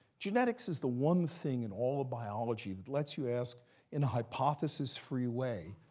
genetics is the one thing in all of biology that lets you ask in a hypothesis-free way,